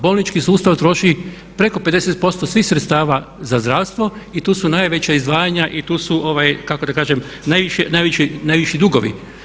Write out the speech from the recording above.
Bolnički sustav troši preko 50% svih sredstava za zdravstvu i tu su najveća izdvajanja i tu su kako da kažem najviši dugovi.